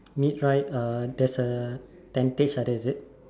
mid right uh there's a tentage ah there is it